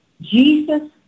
Jesus